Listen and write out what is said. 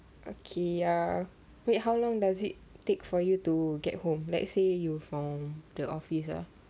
okay ah wait how long does it take for you to get home let's say you from the office ah